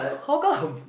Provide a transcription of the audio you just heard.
how come